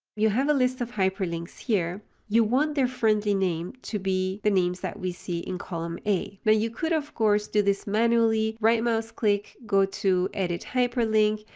you have a list of hyperlinks here. you want their friendly name to be the names that we see in column a. now, but you could of course do this manually, right-mouse click, go to edit hyperlink,